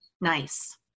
Nice